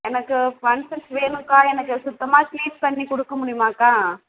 எனக்கு ஃபங்க்ஷனுக்கு வேணுக்கா எனக்கு சுத்தமாக க்ளீன் பண்ணி கொடுக்க முடியுமாக்கா